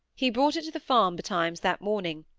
he brought it the farm betimes that morning,